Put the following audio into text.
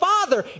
Father